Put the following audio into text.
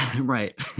Right